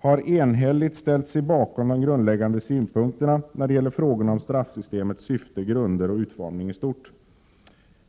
”har enhälligt ställt sig bakom de grundläggande synpunkterna när det gäller frågorna om straffsystemets syfte, grunder och utformning i stort.